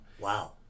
wow